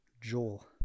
Joel